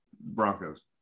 Broncos